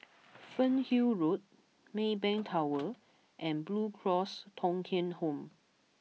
Fernhill Road Maybank Tower and Blue Cross Thong Kheng Home